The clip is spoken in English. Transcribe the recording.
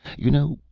you know,